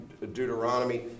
Deuteronomy